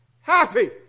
happy